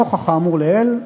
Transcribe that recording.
נוכח האמור לעיל,